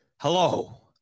Hello